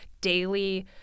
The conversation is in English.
daily